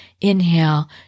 inhale